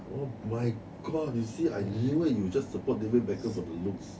oh my god you see I knew it you just support david beckham for the looks